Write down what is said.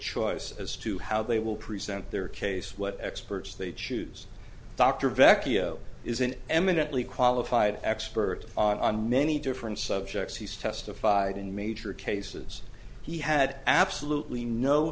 choice as to how they will present their case what experts they choose dr vecchio is an eminently qualified expert on many different subjects he's testified in major cases he had absolutely no